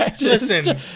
Listen